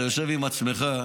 אתה יושב עם עצמך,